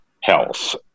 health